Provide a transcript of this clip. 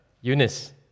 Eunice